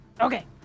Okay